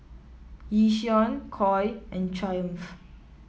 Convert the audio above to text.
Yishion Koi and Triumph